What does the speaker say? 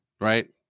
Right